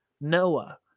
Noah